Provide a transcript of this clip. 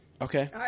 Okay